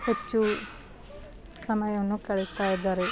ಹೆಚ್ಚು ಸಮಯವನ್ನು ಕಳೀತಾ ಇದ್ದಾರೆ